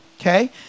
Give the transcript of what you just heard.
okay